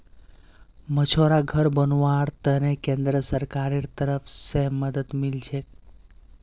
मछुवाराक घर बनव्वार त न केंद्र सरकारेर तरफ स मदद मिल छेक